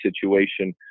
situation